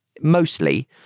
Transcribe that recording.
mostly